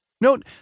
Note